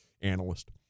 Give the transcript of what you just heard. analyst